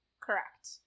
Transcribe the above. correct